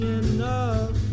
enough